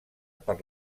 per